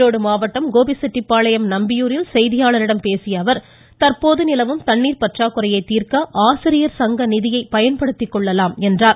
ஈரோடு மாவட்டம் கோபிச்செட்டிப்பாளையம் நம்பியூரில் செய்தியாளர்களிடம் பேசிய அவர் தற்போது நிலவும் தண்ணீர் பற்றாக்குறையை தீர்க்க ஆசிரியர் சங்க நிதியை பயன்படுத்திக் கொள்ளலாம் என்றார்